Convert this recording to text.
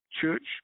church